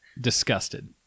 disgusted